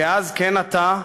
כאז כן עתה,